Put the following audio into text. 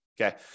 Okay